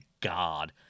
God